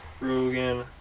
Rogan